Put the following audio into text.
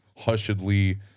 hushedly